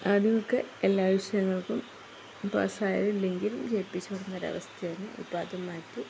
ആദ്യമൊക്കെ എല്ലാ വിഷയങ്ങൾക്കും പസായാലും ഇല്ലെങ്കിലും ജയിപ്പിച്ചുവിടുന്നൊരവസ്ഥയായിരുന്നു ഇപ്പോഴതു മാറ്റി